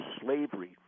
slavery